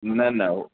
न न उहो